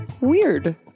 Weird